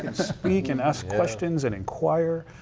and speak and ask questions and inquire.